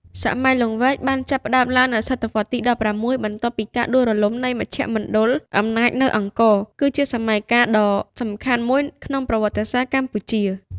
សម័យលង្វែក បានចាប់ផ្ដើមឡើងនៅសតវត្សរ៍ទី ១៦ បន្ទាប់ពីការដួលរលំនៃមជ្ឈមណ្ឌលអំណាចនៅអង្គរ គឺជាសម័យកាលដ៏សំខាន់មួយក្នុងប្រវត្តិសាស្ត្រកម្ពុជា។